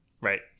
Right